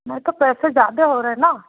नहीं तो पैसे ज्यादे हो रहे न